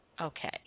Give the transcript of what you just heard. Okay